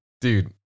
dude